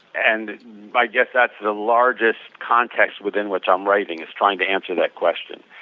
and i guess that is the largest context within which i'm writing is trying to answer that question,